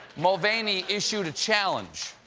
mulvaney issued a challenge.